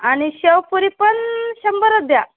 आणि शेवपुरी पण शंभरच द्या